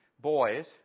boys